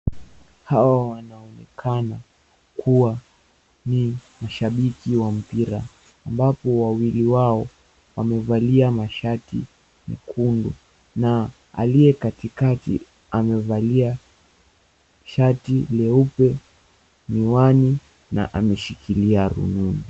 Hawa wanaonekana kuwa ni mashabiki wa mpira, ambapo wawili wao wamevalia mashati mekundu na aliye katikati amevalia shati leupe miwani na ameshikilia rununu.